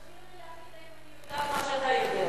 תשאיר לי להחליט אם אני יודעת מה שאתה יודע.